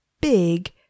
big